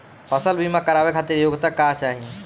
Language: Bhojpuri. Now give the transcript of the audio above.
फसल बीमा करावे खातिर योग्यता का चाही?